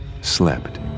slept